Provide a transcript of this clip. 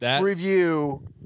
review